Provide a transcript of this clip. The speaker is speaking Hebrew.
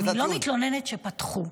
אני לא מתלוננת שפתחו,